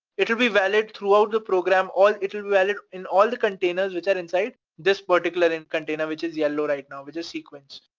it'll be valid throughout the program, or it'll be valid in all the containers which are inside this particular container, which is yellow right now, which is sequence.